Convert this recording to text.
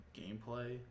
gameplay